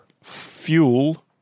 Fuel